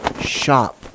shop